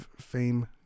fame